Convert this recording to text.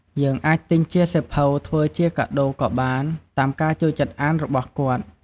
យើងអាចទិញជាសៀវភៅធ្វើជាកាដូរក៏បាន តាមការចូលចិត្តអានរបស់គាត់។